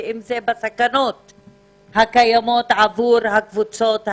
ואם זה הסכנות שקיימות עבור הקבוצות האלה.